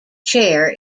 chair